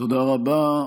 תודה רבה.